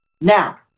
Now